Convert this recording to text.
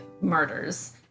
murders